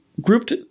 grouped